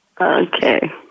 Okay